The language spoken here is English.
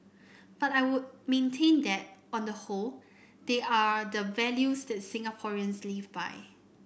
but I would maintain that on the whole they are the values that Singaporeans live by